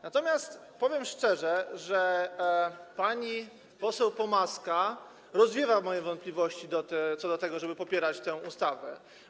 Natomiast powiem szczerze, że pani poseł Pomaska rozwiewa moje wątpliwości co do tego, żeby popierać tę ustawę.